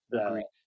Agreed